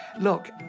Look